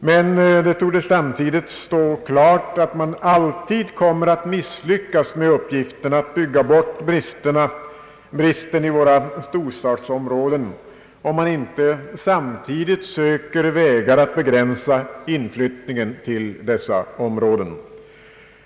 Men det torde samtidigt stå klart att man alltid kommer att misslyckas med uppgiften att bygga bort bristen i våra storstadsområden om man inte samtidigt söker vägar att begränsa inflyttningen till dessa områden.